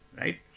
right